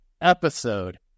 episode